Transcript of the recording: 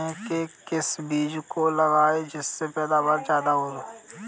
चने के किस बीज को लगाएँ जिससे पैदावार ज्यादा हो?